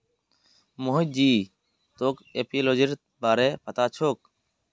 मोहित जी तोक एपियोलॉजीर बारे पता छोक